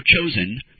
chosen